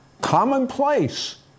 commonplace